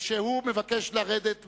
שהוא מבקש לרדת מההסתייגויות.